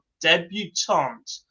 debutante